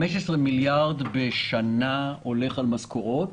15 מיליארד בשנה הולך על משכורות.